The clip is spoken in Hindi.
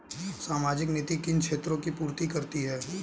सामाजिक नीति किन क्षेत्रों की पूर्ति करती है?